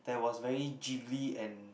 that was very jiggly and